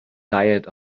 diet